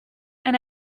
and